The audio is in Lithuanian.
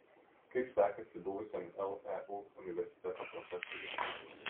kaip sekasi buvusiam leu universiteto profesoriui